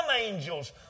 angels